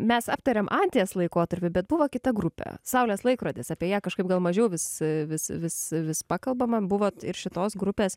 mes aptarėm anties laikotarpį bet buvo kita grupė saulės laikrodis apie ją kažkaip gal mažiau vis vis vis vis pakalbama buvot ir šitos grupės